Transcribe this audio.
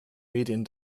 medien